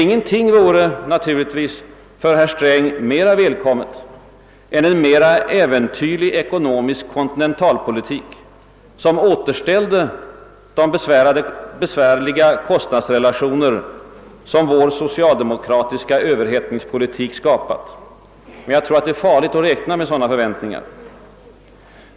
Ingenting vore naturligtvis för herr Sträng mera välkommet än en mera äventyrlig ekonomisk kontinentalpolitik som återställde de besvärliga kostnadsrelationer som vår socialdemokratiska överhettningspolitik skapat. Men jag tror att det är farligt att räkna med sådana förväntningar.